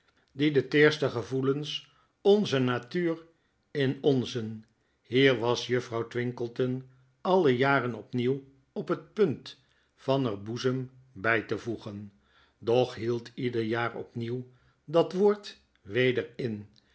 die de teerste gevoelens onzer natuur in onzen hier was juffrouw twinkleton alle jar en opnieuw op net punt van er boezem bij te voegen doch hield ieder jaar opnieuw dat woord weder in